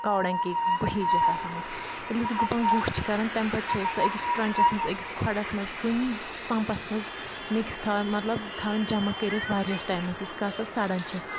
کَو ڈنٛگ کیکٕس گُہِچ یُس آسان یہِ ییٚلہِ اَسہِ گُپَن گُہہ چھُکَران تمہِ پَتہٕ چھ سۄ ٲکِس ٹرنٛچَس منز ٲکِس کھۄڈَس منز کُنہِ سںٛپَس منز مِکٕس تھاوان مطلب تھاوان جَمح کٔرِتھ واریاہس ٹایمس ییٖتِس کالس سُہ سَڑان چھ